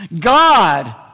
God